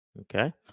Okay